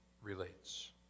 relates